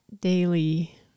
daily